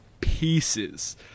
pieces